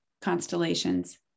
constellations